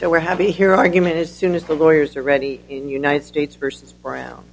so we're happy here argument as soon as the lawyers are ready united states versus brown